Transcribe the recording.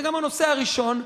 זה גם הנושא הראשון.